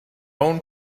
own